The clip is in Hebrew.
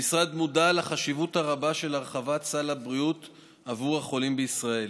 המשרד מודע לחשיבות הרבה של הרחבת סל הבריאות עבור החולים בישראל.